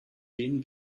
denen